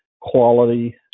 quality